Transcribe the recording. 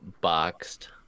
boxed